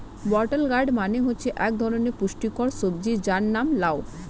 বোতল গোর্ড মানে হচ্ছে এক ধরনের পুষ্টিকর সবজি যার নাম লাউ